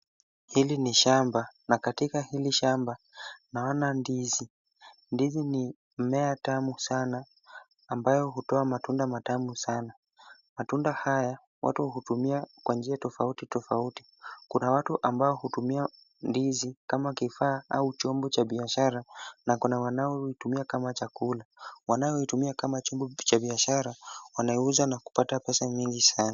Hili ni shamba, na katika hili shamba naona mti sisi mbizi ni mmea tamu sana. Ambayo hutoa matunda matamu sana. Matunda haya, watu hutumia kuendelea tofauti tofauti. Kuna watu ambao hutumia mbizi kama kifaa au chombo cha biashara, na kuna wanaoitumia kama chakula. Wanayoitumia kama chombo cha biashara. Wanaouza na kupata pesa nyingi sana.